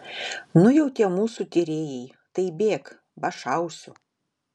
nu jau tie mūsų tyrėjai tai bėk ba šausiu